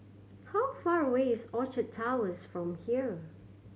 how far away is Orchard Towers from here